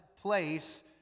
place